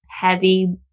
heavy